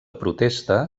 protesta